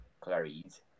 Clarice